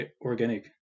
organic